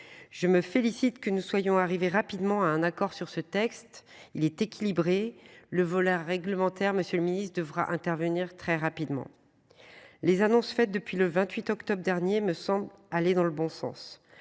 Je me félicite que nous soyons arrivés rapidement à un accord sur ce texte il est équilibré. Le voleur réglementaire. Monsieur le ministre devra intervenir très rapidement. Les annonces faites depuis le 28 octobre dernier me sans aller dans le bon sens.